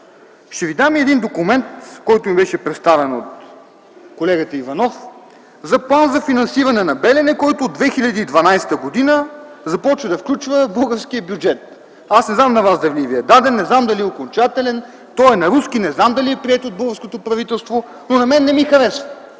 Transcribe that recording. Ще Ви дам документ, предоставен ми от колегата Иванов, за плана за финансиране на „Белене”, който от 2012 г. започва да включва българския бюджет. Не знам дали Ви е даден, дали е окончателен. Той е на руски. Не знам дали е прието от българското правителство, но на мен не ми харесва,